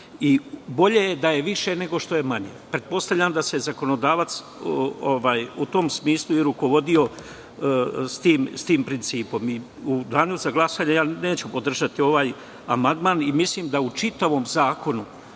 Bolje je da je više, nego što je manje. Pretpostavljam da se zakonodavac u tom smislu i rukovodio, s tim principom. U danu za glasanje neću podržati ovaj amandman. Mislim da u čitavom zakonu